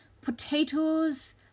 Potatoes